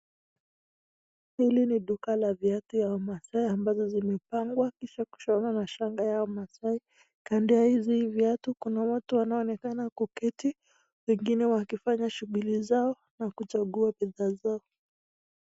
Hili ni duka la viatu ya Maasai ambazo zimepangwa kisha kuchorwa na shanga ya Maasai. Kando ya hizi viatu kuna watu wanaoonekana kuketi wengine wakifanya shughuli zao na kuchagua bidhaa zao.